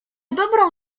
dobrą